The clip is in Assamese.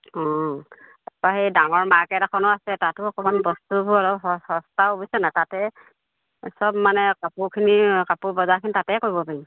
অঁ তাৰপৰা সেই ডাঙৰ মাৰ্কেট এখনো আছে তাতো অকণমান বস্তুবোৰ অলপ স সস্তাও বুইছেনে তাতে সব মানে কাপোৰখিনি কাপোৰৰ বজাৰখিনি তাতে কৰিব পাৰিম